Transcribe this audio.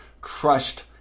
crushed